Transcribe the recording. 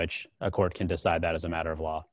which a court can decide that as a matter of law